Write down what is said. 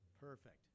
Perfect